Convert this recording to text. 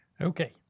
Okay